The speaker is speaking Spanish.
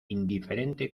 indiferente